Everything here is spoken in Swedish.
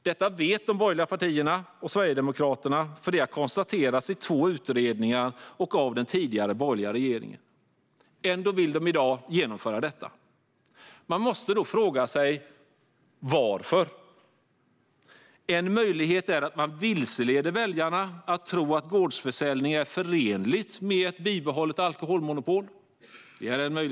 Detta vet de borgerliga partierna och Sverigedemokraterna, för det har konstaterats i två utredningar och av den tidigare borgerliga regeringen. Ändå vill de i dag genomföra detta. Man måste då fråga sig varför. En möjlighet är att man vilseleder väljarna att tro att gårdsförsäljning är förenligt med ett bibehållet alkoholmonopol.